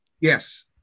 Yes